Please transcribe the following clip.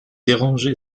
dérangé